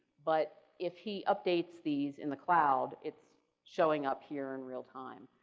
but if he updates these in the cloud, it's showing up here in real time.